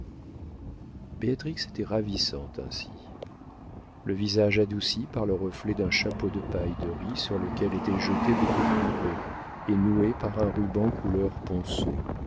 était ravissante ainsi le visage adouci par le reflet d'un chapeau de paille de riz sur lequel étaient jetés des coquelicots et noué par un ruban couleur ponceau